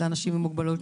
לאנשים עם מוגבלות?